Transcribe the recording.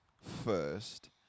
first